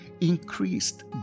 increased